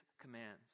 commands